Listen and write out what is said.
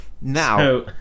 Now